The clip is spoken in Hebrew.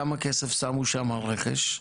כמה כסף שמו שם על רכש?